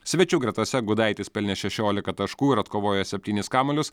svečių gretose gudaitis pelnė šešiolika taškų ir atkovojo septynis kamuolius